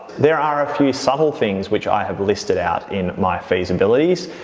there are a few subtle things which i have listed out in my feasibilities.